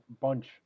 bunch